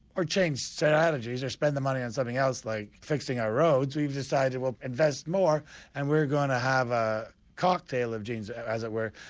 or change strategies or spend the money on something else like fixing our roads, we've decided to invest more and we're going to have a cocktail of genes as it were,